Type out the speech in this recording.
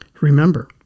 Remember